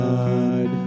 God